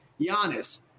Giannis